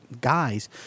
guys